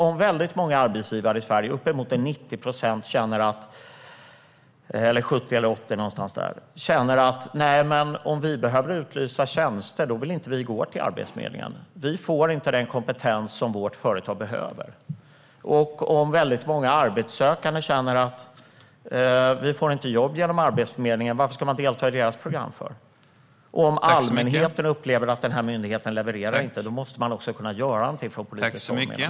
Om väldigt många arbetsgivare i Sverige, uppemot 90 procent - eller 70 eller 80, någonstans där - känner att de inte vill gå till Arbetsförmedlingen när de behöver utlysa tjänster eftersom de inte får den kompetens som deras företag behöver, om väldigt många arbetssökande känner att de inte får jobb genom Arbetsförmedlingen och undrar varför de ska delta i dess program och om allmänheten upplever att den här myndigheten inte levererar, då menar vi att man måste göra någonting från politiskt håll.